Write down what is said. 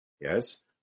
Yes